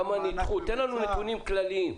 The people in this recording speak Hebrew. תן לנו נתונים כלליים.